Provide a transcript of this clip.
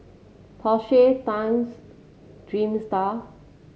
Porsche Times Dreamster